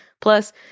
plus